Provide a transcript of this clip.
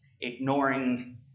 ignoring